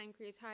pancreatitis